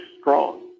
strong